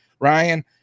Ryan